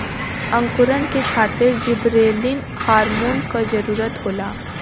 अंकुरण के खातिर जिबरेलिन हार्मोन क जरूरत होला